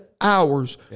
hours